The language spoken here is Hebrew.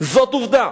זאת עובדה.